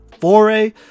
Foray